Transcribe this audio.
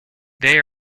they